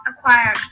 acquired